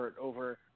over